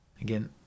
Again